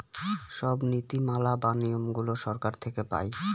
সব নীতি মালা বা নিয়মগুলো সরকার থেকে পায়